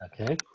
Okay